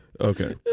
Okay